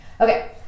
Okay